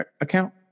account